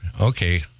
okay